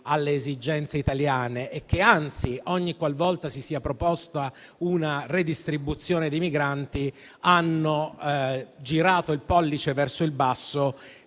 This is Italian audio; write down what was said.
alle esigenze italiane e che, anzi, ogni qualvolta si sia proposta una redistribuzione dei migranti, hanno girato il pollice verso il basso,